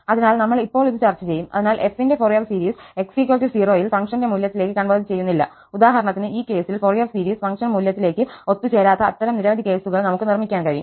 അതിനാൽ നമ്മൾ ഇപ്പോൾ ഇത് ചർച്ച ചെയ്യും അതിനാൽ f ന്റെ ഫൊറിയർ സീരീസ് x 0 ൽ ഫംഗ്ഷന്റെ മൂല്യത്തിലേക്ക് കൺവെർജ് ചെയ്യുന്നില്ല ഉദാഹരണത്തിന് ഈ കേസിൽ ഫൊറിയർ സീരീസ് ഫംഗ്ഷൻ മൂല്യത്തിലേക്ക് ഒത്തുചേരാത്ത അത്തരം നിരവധി കേസുകൾ നമുക്ക് നിർമ്മിക്കാൻ കഴിയും